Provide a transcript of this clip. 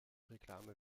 reklame